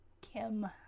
Kim